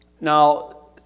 Now